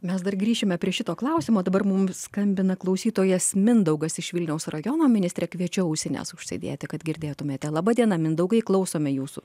mes dar grįšime prie šito klausimo dabar mums skambina klausytojas mindaugas iš vilniaus rajono ministrė kviečiu ausinesžsidėti kad girdėtumėte laba diena mindaugai klausome jūsų